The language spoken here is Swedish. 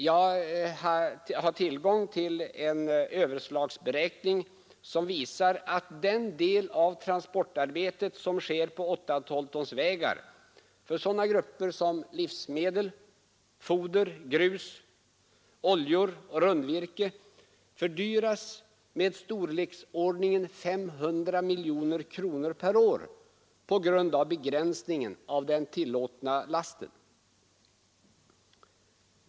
Jag har tillgång till en överslagsberäkning som visar att den del av transportarbetet som sker på 8/12 tons vägar för sådana grupper som livsmedel, foder, grus, oljor och rundvirke fördyras med ett belopp i storleksordningen 500 miljoner kronor per år på grund av begränsningen av den tillåtna lasten.